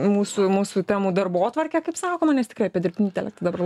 mūsų mūsų temų darbotvarkę kaip sakoma nes tikrai apie dirbtinį intelektą dabar